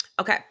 Okay